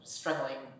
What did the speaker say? struggling